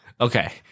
Okay